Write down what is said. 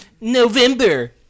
November